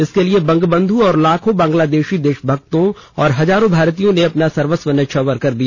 इसके लिए बंगबंधु और लाखों बंगलादेशी देशभक्तों और हजारों भारतीयों ने अपना सर्वस्व न्यौछावर कर दिया